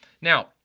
Now